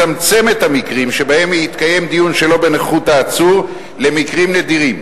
מצמצם את המקרים שבהם יתקיים דיון שלא בנוכחות העצור למקרים נדירים,